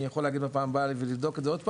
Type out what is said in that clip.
אני יכול להגיד בפעם הבאה ולבדוק את זה עוד פעם.